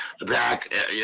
back